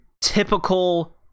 typical